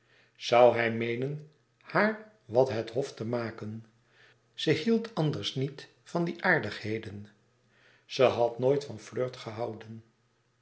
zoû hij meenen haar wat het hof te maken ze hield anders niet van die aardigheden ze had nooit van flirt gehouden